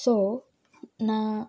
so నా